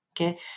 Okay